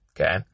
Okay